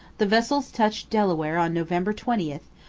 the vessels touched delaware on november twenty,